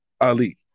Ali